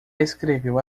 escreveu